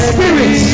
Spirit